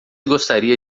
gostaria